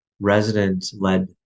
resident-led